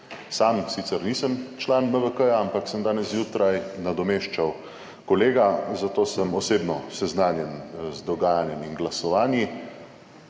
Sam sicer nisem član MVK, ampak sem danes zjutraj nadomeščal kolega, zato sem osebno seznanjen z dogajanjem in glasovanji.